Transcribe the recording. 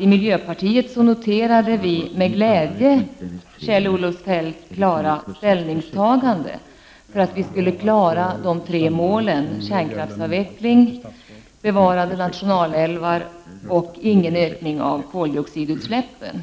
I miljöpartiet noterade vi med glädje att Kjell-Olof Feldt klart tagit ställning för att vi skall uppnå de tre målen: kärnkraftsavvecklingen, bevarandet av våra nationalälvar samt målet att se till att koldioxidutsläppen